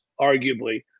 arguably